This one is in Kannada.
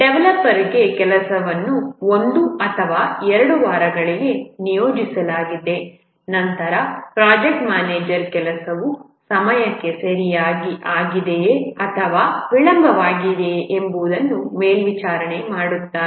ಡೆವಲಪರ್ಗೆ ಕೆಲಸವನ್ನು 1 ಅಥವಾ 2 ವಾರಗಳಿಗೆ ನಿಯೋಜಿಸಲಾಗಿದೆ ನಂತರ ಪ್ರಾಜೆಕ್ಟ್ ಮ್ಯಾನೇಜರ್ ಕೆಲಸವು ಸಮಯಕ್ಕೆ ಸರಿಯಾಗಿ ಆಗಿದೆಯೇ ಅಥವಾ ವಿಳಂಬವಾಗಿದೆಯೇ ಎಂಬುದನ್ನು ಮೇಲ್ವಿಚಾರಣೆ ಮಾಡುತ್ತಾರೆ